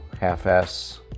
half-assed